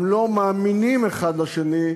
הם לא מאמינים אחד לשני,